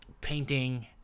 painting